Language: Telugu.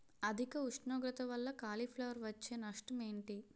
అధిక ఉష్ణోగ్రత వల్ల కాలీఫ్లవర్ వచ్చే నష్టం ఏంటి?